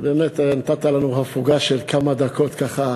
באמת נתת לנו הפוגה של כמה דקות, ככה,